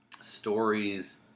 stories